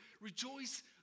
Rejoice